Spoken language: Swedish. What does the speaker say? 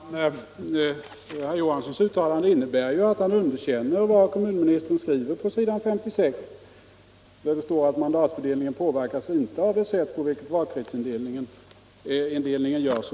Herr talman! Herr Johanssons i Trollhättan uttalande innebär ju att han underkänner vad kommunministern skriver på s. 56 i propositionen där det står att mandatfördelningen inte påverkas av det sätt på vilket valkretsindelningen görs.